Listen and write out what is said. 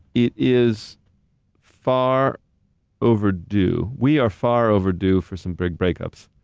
it is far overdue. we are far overdue for some big break-ups.